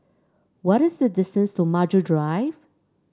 what is the distance to Maju Drive